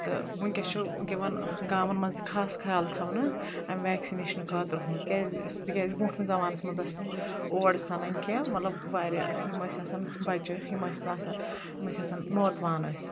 تہٕ وُکینٚس چھُ یِوان گامن منٛز تہِ خاص خیال تھاونہٕ امہِ ویکسنیشن خٲطرٕ ہُنٛد کیاز تِکیاز بروٗنٹھ مس زمانس منٛز ٲسۍ نہٕ اور سنان کینٛہہ مطلب واریاہ یِم ٲسۍ آسان بچہِ یم ٲسۍ نہٕ آسان یِم ٲسۍ آسان نوتوان ٲسۍ